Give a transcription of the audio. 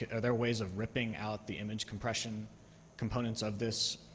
yeah are there ways of ripping out the image compression components of this